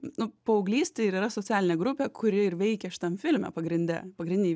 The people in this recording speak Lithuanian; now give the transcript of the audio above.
nu paauglystė ir yra socialinė grupė kuri ir veikia šitam filme pagrinde pagrindiniai